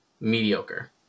mediocre